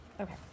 okay